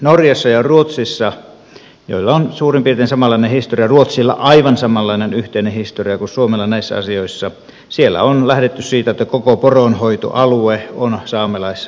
norjassa ja ruotsissa joilla on suurin piirtein samanlainen historia ruotsilla aivan samanlainen yhteinen historia kuin suomella näissä asioissa on lähdetty siitä että koko poronhoitoalue on saamelaisaluetta